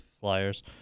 Flyers